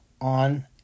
on